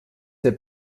der